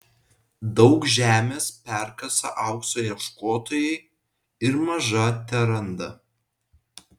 daug žemės perkasa aukso ieškotojai ir maža teranda